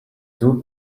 two